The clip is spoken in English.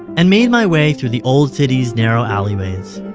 and made my way through the old city's narrow alleyways.